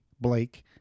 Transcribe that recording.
Blake